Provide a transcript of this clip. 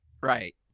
right